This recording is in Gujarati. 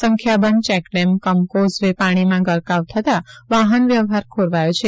સંખ્યાબંધ ચેકડેમ કમ કોઝવે પાણીમાં ગરકાવ થતાં વાહન વ્યવહાર ખોરવાયો છે